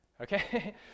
okay